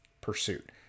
pursuit